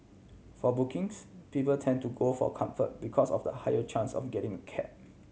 for bookings people tend to go for Comfort because of the higher chance of getting a cab